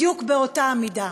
בדיוק באותה המידה.